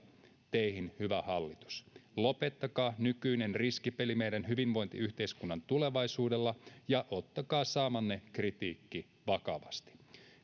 teihin hyvä hallitus lopettakaa nykyinen riskipeli meidän hyvinvointiyhteiskuntamme tulevaisuudella ja ottakaa saamanne kritiikki vakavasti